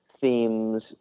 themes